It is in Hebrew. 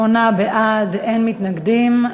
שמונה בעד, אין מתנגדים.